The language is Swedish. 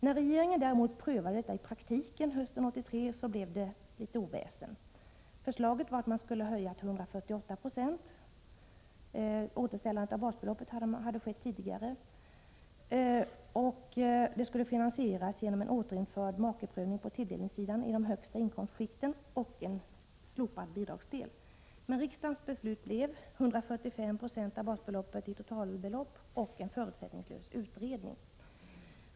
När regeringen hösten 1983 prövade detta i praktiken blev det däremot oväsen. Förslaget innebar en höjning till 148 96 — återställande av basbeloppet hade skett tidigare — vilken skulle finansieras genom en återinförd makeprövning på tilldelningssidan i de högsta inkomstskikten samt en slopad bidragsdel. Riksdagens beslut blev emellertid en höjning till totalt 145 926 av basbeloppet och en förutsättningslös utredning.